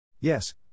Yes